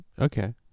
okay